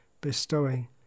bestowing